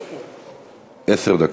עשר דקות.